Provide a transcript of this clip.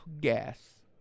Gas